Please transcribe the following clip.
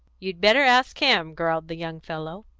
you'd better ask him, growled the young fellow.